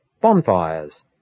Bonfires